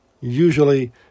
usually